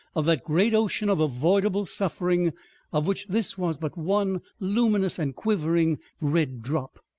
of that great ocean of avoidable suffering of which this was but one luminous and quivering red drop.